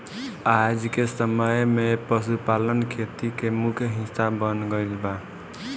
आजके समय में पशुपालन खेती के मुख्य हिस्सा बन गईल बा